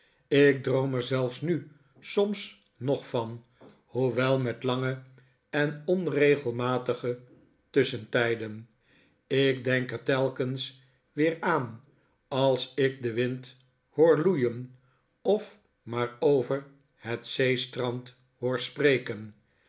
ik droom er zelfs nu soms nog van hoewel met lange en onregelmatige tusschentijden ik denk er telkens weer aan als ik den wind hoor loeien of maar over het zeestrand hoor spreken